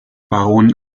baron